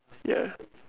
ya